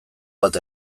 bat